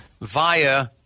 via